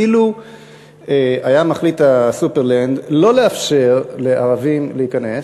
אילו היה מחליט ה"סופרלנד" לא לאפשר לערבים להיכנס,